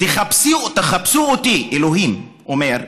תחפשו אותי, אלוהים אומר,